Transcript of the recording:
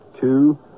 two